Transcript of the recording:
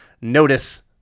notice